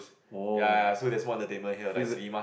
oh feels